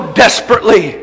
desperately